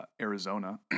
Arizona